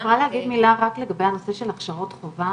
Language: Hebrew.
אני יכולה להגיד מילה רק לגבי הנושא של הכשרות חובה?